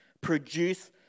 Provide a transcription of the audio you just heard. produce